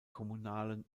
kommunalen